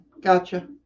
Gotcha